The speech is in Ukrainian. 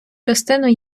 частину